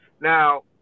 now